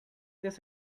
this